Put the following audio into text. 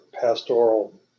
pastoral